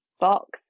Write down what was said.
box